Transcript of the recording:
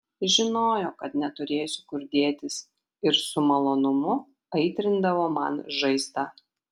žinojo kad neturėsiu kur dėtis ir su malonumu aitrindavo man žaizdą